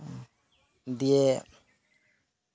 ᱫᱤᱭᱮ